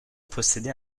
possédait